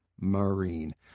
Marine